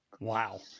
Wow